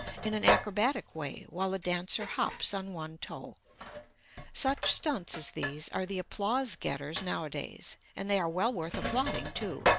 in an acrobatic way while the dancer hops on one toe such stunts as these are the applause-getters nowadays, and they are well worth applauding, too,